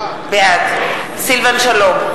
בעד סילבן שלום,